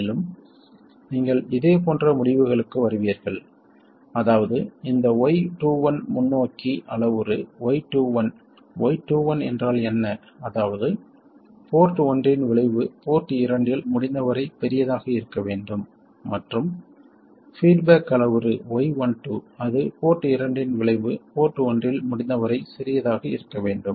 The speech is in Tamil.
மேலும் நீங்கள் இதே போன்ற முடிவுகளுக்கு வருவீர்கள் அதாவது இந்த y21 முன்னோக்கி அளவுரு y21 y21 என்றால் என்ன அதாவது போர்ட் ஒன்றின் விளைவு போர்ட் இரண்டில் முடிந்தவரை பெரியதாக இருக்க வேண்டும் மற்றும் பீட்பேக் அளவுரு y12 அது போர்ட் இரண்டின் விளைவு போர்ட் ஒன்றில் முடிந்தவரை சிறியதாக இருக்க வேண்டும்